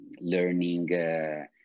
learning